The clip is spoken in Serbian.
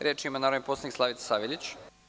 Reč ima narodni poslanik Slavica Saveljić.